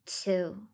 two